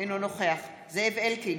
אינו נוכח זאב אלקין,